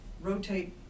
rotate